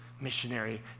missionary